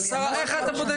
שרה, איך את בודקת את זה?